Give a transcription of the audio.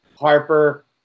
Harper